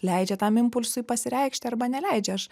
leidžia tam impulsui pasireikšti arba neleidžia aš